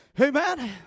Amen